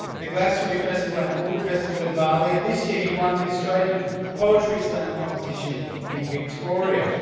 the glastonbury festival, and ubud festival in bali, and this year he won the australian poetry slam competition in victoria.